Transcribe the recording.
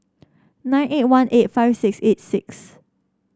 nine eight one eight five six eight six